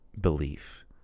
Belief